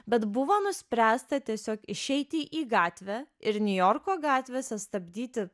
bet buvo nuspręsta tiesiog išeiti į gatvę ir niujorko gatvėse stabdyti